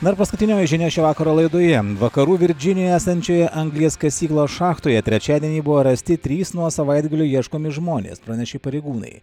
na ir paskutinioji žinia šio vakaro laidoje vakarų virdžinijoj esančioje anglies kasyklos šachtoje trečiadienį buvo rasti trys nuo savaitgalio ieškomi žmonės pranešė pareigūnai